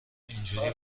اینجوری